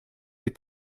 est